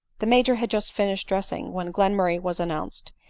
the major had just finished dressing, when glen murray was announced.